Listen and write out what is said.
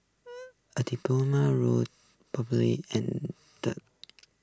A diploma row probably and